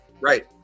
Right